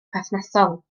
perthnasol